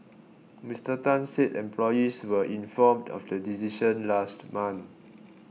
Mister Tan said employees were informed of the decision last month